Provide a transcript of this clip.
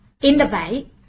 innovate